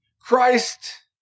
Christ